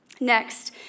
Next